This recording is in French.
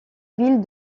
ville